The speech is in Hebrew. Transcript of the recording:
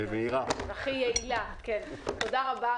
תודה רבה.